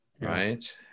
right